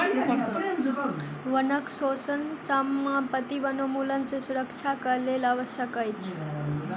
वनक शोषण समाप्ति वनोन्मूलन सँ सुरक्षा के लेल आवश्यक अछि